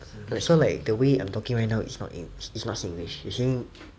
wait so like the way I'm talking right now is not in is not singlish you're saying